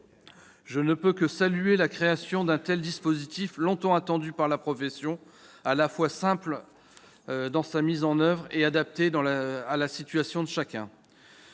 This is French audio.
Je ne puis que saluer la création d'un tel dispositif, longtemps attendu par la profession, à la fois simple dans sa mise en oeuvre et adapté à la situation de chacun.